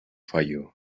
falló